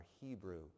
Hebrew